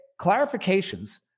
clarifications